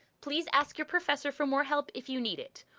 please ask your professor for more help if you need it,